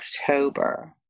October